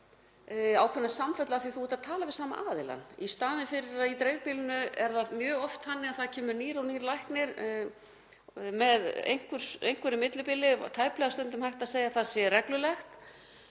upplifa ákveðna samfellu af því að þú ert að tala við sama aðilann í staðinn fyrir að í dreifbýlinu er það mjög oft þannig að það kemur nýr og nýr læknir með einhverju millibili, tæplega er hægt að segja að það sé reglulegt,